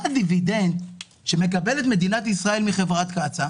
מה הדיבידנד שמקבלת מדינת ישראל מחברת קצא"א,